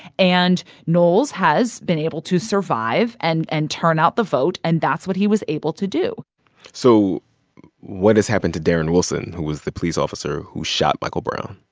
and knowles has been able to survive and and turn out the vote, and that's what he was able to do so what has happened to darren wilson, who was the police officer who shot michael brown?